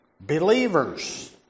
believers